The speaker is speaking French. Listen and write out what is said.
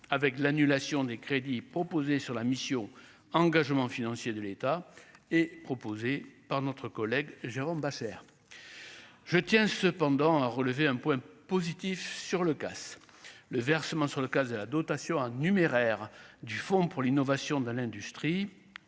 avec l'annulation des crédits proposés sur la mission Engagements financiers de l'État est proposé par notre collègue Jérôme Bascher je tiens cependant à relever un point positif sur le casse le versement sur le cas à la dotation en numéraire du Fonds pour l'innovation de l'industrie